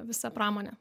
visa pramonė